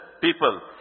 people